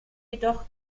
jedoch